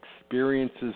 experiences